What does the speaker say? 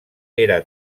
era